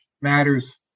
matters